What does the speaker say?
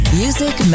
music